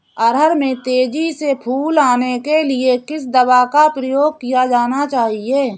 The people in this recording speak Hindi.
अरहर में तेजी से फूल आने के लिए किस दवा का प्रयोग किया जाना चाहिए?